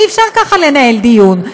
אי-אפשר ככה לנהל דיון.